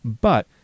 But-